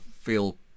feel